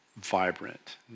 vibrant